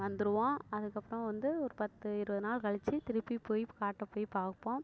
வந்துடுருவோம் அதுக்கப்புறம் வந்து ஒரு பத்து இருபது நாள் கழிச்சி திருப்பி போய் காட்டை போய் பார்ப்போம்